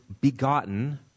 begotten